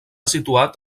situat